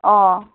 ꯑꯥ